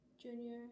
junior